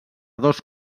dos